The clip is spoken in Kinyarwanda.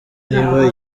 niba